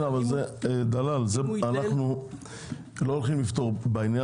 אבל אנחנו לא הולכים לפתור את הבעיות